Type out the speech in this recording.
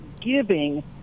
giving